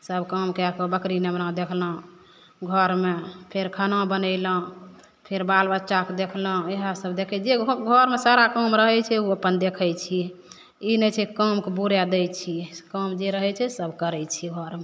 सब काम कए कऽ बकरी मेमना देखना घरमे फेर खाना बनेलहुँ फेर बाल बच्चाके देखलहुँ इएह सब देखय जे घरमे सारा काम रहय छै उ अपन देखय छियै ई नहि छै कामके बुरए दै छियै काम जे रहय छै सब करय छियै घरमे